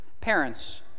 Parents